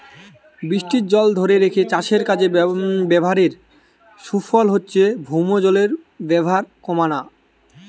বৃষ্টির জল ধোরে রেখে চাষের কাজে ব্যাভারের সুফল হচ্ছে ভৌমজলের ব্যাভার কোমানা